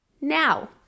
Now